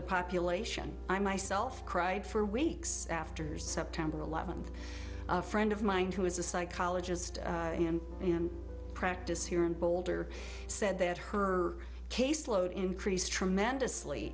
the population i myself cried for weeks after september eleventh a friend of mine who is a psychologist in practice here in boulder said that her caseload increased tremendously